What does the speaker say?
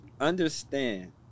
Understand